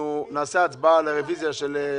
נעשה הצבעה על הרביזיה.